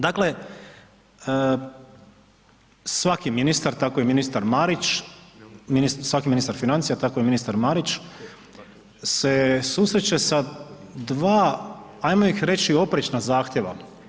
Dakle, svaki ministar, tako i ministar Marić, svaki ministar financija tako i ministar Marić se susreće sa dva ajmo reći oprečna zahtjeva.